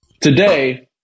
today